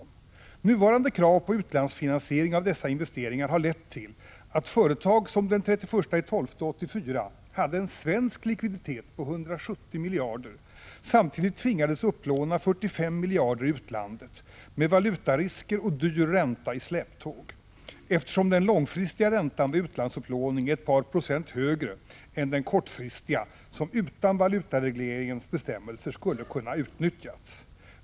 Men nuvarande krav på utlandsfinansiering av dessa investeringar har lett till att företag som den 31 december 1984 hade en svensk likviditet på 170 miljarder samtidigt tvingades upplåna 45 miljarder i utlandet, med valutarisker och dyr ränta i släptåg, eftersom den långfristiga räntan vid utlandsupplåning är högre än den kortfristiga, som utan valutaregleringens bestämmelser skulle ha kunnat utnyttjas.